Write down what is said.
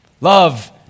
Love